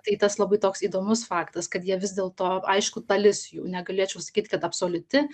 tai tas labai toks įdomus faktas kad jie vis dėlto aišku dalis jų negalėčiau sakyt kad absoliuti